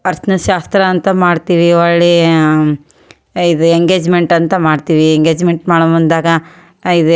ಅರ್ಶ್ಣದ ಶಾಸ್ತ್ರ ಅಂತ ಮಾಡ್ತೀವಿ ಹೊಳ್ಳೀ ಇದು ಎಂಗೇಜ್ಮೆಂಟ್ ಅಂತ ಮಾಡ್ತೀವಿ ಎಂಗೇಜ್ಮೆಂಟ್ ಮಾಡೋ ಮುಂದಾಗ ಇದು